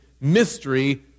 Mystery